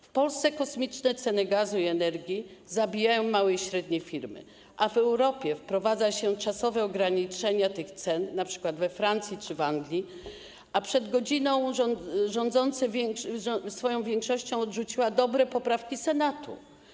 W Polsce kosmiczne ceny gazu i energii zabijają małe i średnie firmy, a w Europie wprowadza się czasowe ograniczenia tych cen, np. we Francji czy w Anglii, a przed godziną rządząca większość odrzuciła dobre poprawki Senatu.